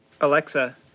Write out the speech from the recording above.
Alexa